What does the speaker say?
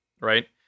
right